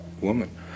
woman